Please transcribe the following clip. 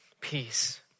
peace